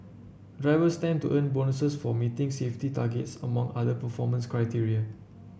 drivers stand to earn bonuses for meeting safety targets among other performance criteria